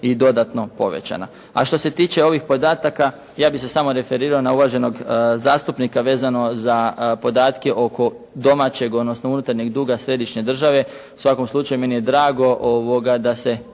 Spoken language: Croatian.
i dodatno povećana. A što se tiče ovih podataka, ja bih se samo referirao na uvaženog zastupnika vezano za podatke oko domaćeg, odnosno unutarnjeg duga središnje države. U svakom slučaju, meni je drago da se